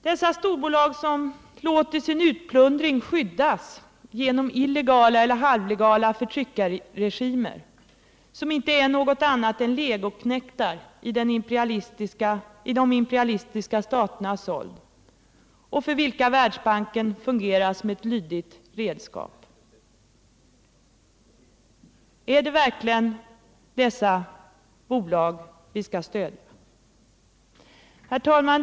Dessa storbolag, som låter sin utplundring skyddas genom illegala eller halvlegala förtryckarregimer, som inte är något annat än legoknektar i de imperialistiska staternas sold och för vilka Världsbanken fungerar som ett lydigt redskap — är det verkligen dem vi skall stödja? Herr talman!